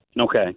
Okay